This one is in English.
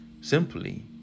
simply